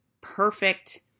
perfect